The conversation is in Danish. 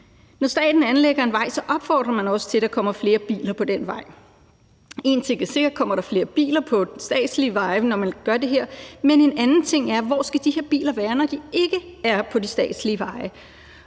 Når staten anlægger en vej, opfordrer man også til, at der kommer flere biler på den vej. Én ting er, at der kommer flere biler på statslige veje, når man gør det her, men en anden ting er, hvor de biler skal være, når de ikke er på de statslige veje.